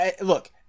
Look